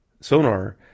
sonar